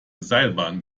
seilbahn